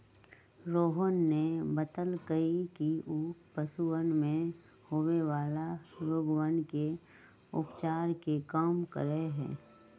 रोहन ने बतल कई कि ऊ पशुवन में होवे वाला रोगवन के उपचार के काम करा हई